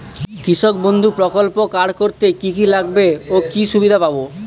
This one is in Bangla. কৃষক বন্ধু প্রকল্প কার্ড করতে কি কি লাগবে ও কি সুবিধা পাব?